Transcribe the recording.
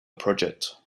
project